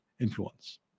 influence